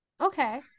Okay